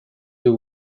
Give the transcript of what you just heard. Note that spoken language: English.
you